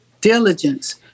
diligence